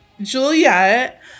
Juliet